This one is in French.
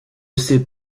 ses